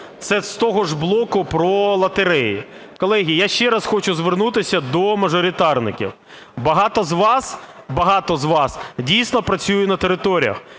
це з того ж блоку про лотереї. Колеги, я ще раз хочу звернутися до мажоритарників. Багато з вас, дійсно, працюють на територіях.